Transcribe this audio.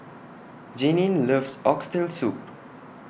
Jeanine loves Oxtail Soup